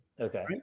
Okay